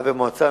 חבר מועצה,